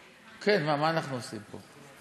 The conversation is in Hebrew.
כן, מה אנחנו עושים פה?